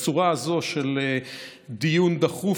בצורה הזאת של דיון דחוף,